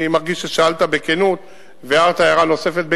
מרגיש ששאלת בכנות והערת הערה נוספת בכנות,